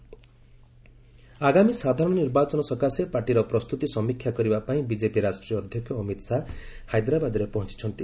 ଅମିତ ଶାହା ତେଲେଙ୍ଗାନା ଆଗାମୀ ସାଧାରଣ ନିର୍ବାଚନ ସକାଶେ ପାର୍ଟିର ପ୍ରସ୍ତୁତି ସମୀକ୍ଷା କରିବା ପାଇଁ ବିଜେପି ରାଷ୍ଟ୍ରୀୟ ଅଧ୍ୟକ୍ଷ ଅମିତ ଶାହା ହାଇଦ୍ରାବାଦରେ ପହଞ୍ଚୁଛନ୍ତି